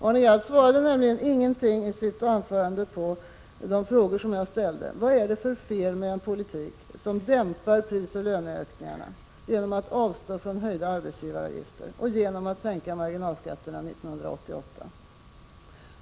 Arne Gadd svarade nämligen ingenting på de frågor jag ställde. Vad är det för fel med en politik som dämpar prisoch löneökningarna genom att avstå från höjda arbetsgivaravgifter och genom att sänka marginalskatterna 1988?